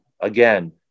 again